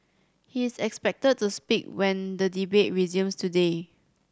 he is expected to speak when the debate resumes today